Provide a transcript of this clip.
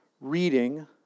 reading